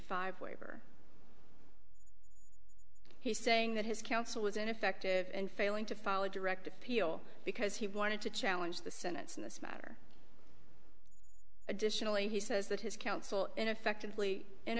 five waiver he's saying that his counsel was ineffective and failing to follow direct appeal because he wanted to challenge the senate's in this matter additionally he says that his counsel and effectively and